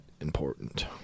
important